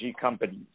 companies